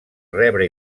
rebre